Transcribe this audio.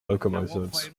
locomotives